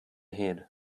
head